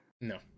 No